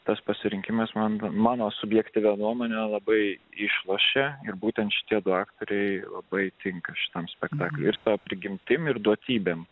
tas pasirinkimas man mano subjektyvia nuomone labai išlošė ir būtent šitie du aktoriai labai tinka šitam spektakliui ir to prigimtimi ir duotybė